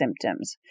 symptoms